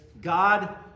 God